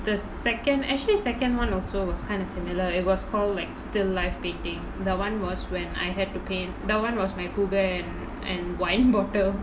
the second actually second one also was kind of similar it was for like still life painting the [one] was when I had to paint that [one] was my pooh bear and and winnie bottle